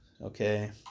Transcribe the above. okay